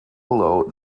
below